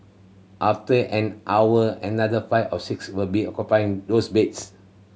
after an hour another five or six will be occupying those beds